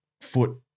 foot